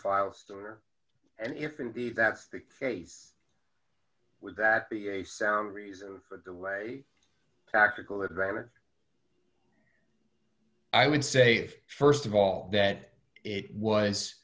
file store and if indeed that's the case with that be a sound reason but the way tactical advantage i would say st of all that it was